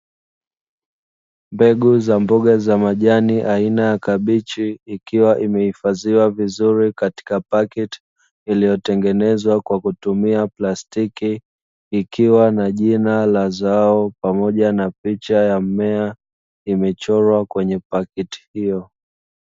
Mbegu za mboga za majani aina ya kabichi ikiwa imehifadhiwa vizuri katika paketi iliyotengenezwa kwa kutumia plastiki, ikiwa na jina la zao pamoja na picha ya mmea imechorwa kwenye paketi hiyo.